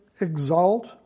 exalt